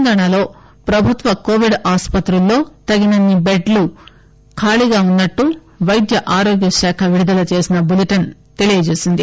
తెలంగాణాలో ప్రభుత్వ కోవిడ్ ఆస్పత్రులలో తగినన్ని బెడ్లు ఖాళీగా ఉన్నట్టు వైద్య ఆరోగ్య శాఖ విడుదల చేసిన బులిటస్ తెలిపింది